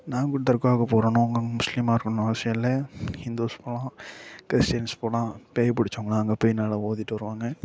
நாகூர் தர்காவுக்கு போகணுன்னா அவங்க முஸ்லீமாக இருக்கணுன்னு அவசியம் இல்லை இந்துஸ் போகலாம் கிறிஸ்டியன்ஸ் போகலாம் பேய் பிடிச்சவங்கலாம் அங்கே போயி நல்லா ஓதிட்டு வருவாங்க